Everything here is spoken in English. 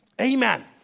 Amen